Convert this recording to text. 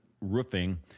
Roofing